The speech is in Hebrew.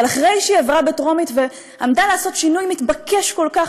אבל אחרי שהיא עברה בטרומית ועמדה לעשות שינוי מתבקש כל כך,